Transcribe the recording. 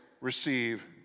receive